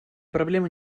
проблема